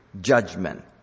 judgment